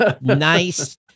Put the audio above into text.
nice